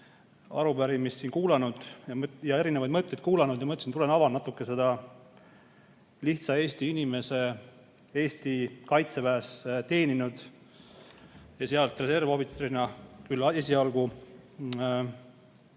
arupärimist siin kuulanud ja erinevaid mõtteid kuulnud ja mõtlesin, et tulen avan natuke seda teemat lihtsa Eesti inimesena, Eesti Kaitseväes teeninud ja sealt reservohvitserina, küll esialgu